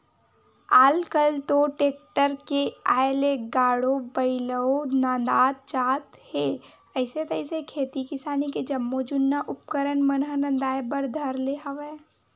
आल कल तो टेक्टर के आय ले गाड़ो बइलवो नंदात जात हे अइसे तइसे खेती किसानी के जम्मो जुन्ना उपकरन मन ह नंदाए बर धर ले हवय